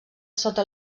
sota